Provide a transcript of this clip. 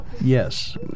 Yes